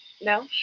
No